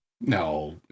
No